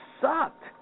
sucked